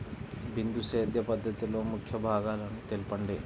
బిందు సేద్య పద్ధతిలో ముఖ్య భాగాలను తెలుపండి?